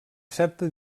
certa